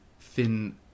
thin